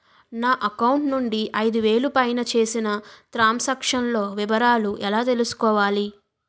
నా అకౌంట్ నుండి ఐదు వేలు పైన చేసిన త్రం సాంక్షన్ లో వివరాలు ఎలా తెలుసుకోవాలి?